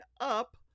up